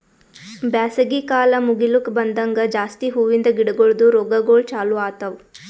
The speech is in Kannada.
ಬ್ಯಾಸಗಿ ಕಾಲ್ ಮುಗಿಲುಕ್ ಬಂದಂಗ್ ಜಾಸ್ತಿ ಹೂವಿಂದ ಗಿಡಗೊಳ್ದು ರೋಗಗೊಳ್ ಚಾಲೂ ಆತವ್